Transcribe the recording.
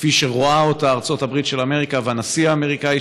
כפי שרואה אותה ארצות הברית של אמריקה והנשיא האמריקאי,